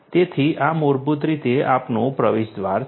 તેથી આ મૂળભૂત રીતે આપણું પ્રવેશદ્વાર છે